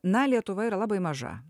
na lietuva yra labai maža